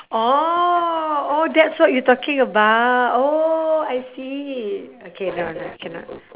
orh oh that's what you talking about oh I see okay no lah cannot